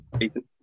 Ethan